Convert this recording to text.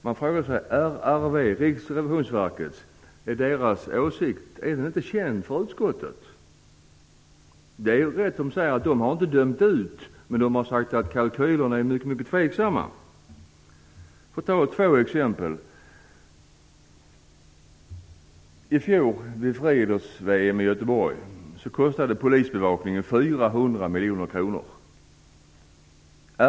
Man frågar sig om Riksrevisionsverkets åsikt inte är känd för utskottet. Det är rätt att de inte har dömt ut projektet, men de har sagt att kalkylerna är mycket tveksamma. Jag vill ge två exempel. Vid friidrotts-VM i Göteborg i fjol kostade polisbevakningen 400 miljoner kronor.